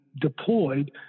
deployed